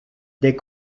des